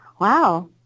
wow